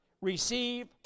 receive